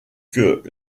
que